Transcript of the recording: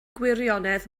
gwirionedd